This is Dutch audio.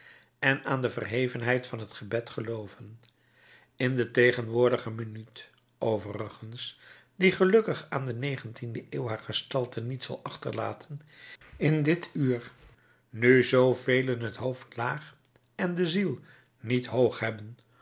en aan de verhevenheid van het gebed gelooven in de tegenwoordige minuut overigens die gelukkig aan de negentiende eeuw haar gestalte niet zal achterlaten in dit uur nu zoo velen het hoofd laag en de ziel niet hoog hebben